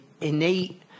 innate